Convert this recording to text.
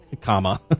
comma